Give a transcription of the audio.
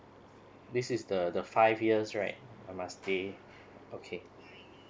this is the the five years right I must stay okay